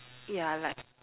yeah like